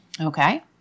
Okay